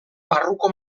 barruko